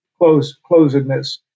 closedness